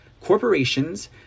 corporations